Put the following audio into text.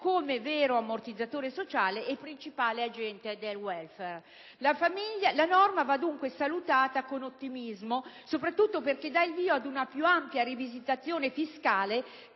come vero ammortizzatore sociale e principale agente del *welfare*. La norma va, dunque, salutata con ottimismo, soprattutto perché dà il via ad una più ampia rivisitazione fiscale